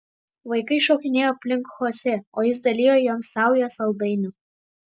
vaikai šokinėjo aplink chosė o jis dalijo jiems saujas saldainių